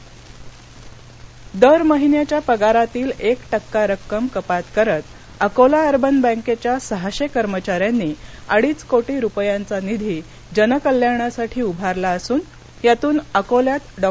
निधी अकोला दर महिन्याच्या पगारातील एक टक्का रक्कम कपात करत अकोला अर्बन बँकेच्या सहाशे कर्मचाऱ्यांनी अडीच कोटी रुपयांचा निधी जनकल्याणासाठी उभारला असून यातून अकोल्यात डॉ